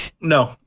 No